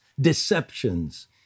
deceptions